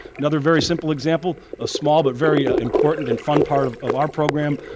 another very simple example, a small but very ah important and fun part of of our program,